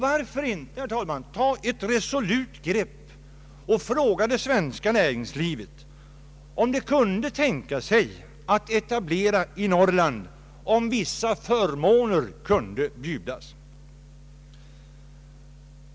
Varför inte, herr talman, ta ett resolut grepp och fråga det svenska näringslivet om det kunde tänka sig att etablera i Norrland, om vissa förmåner kunde erbjudas?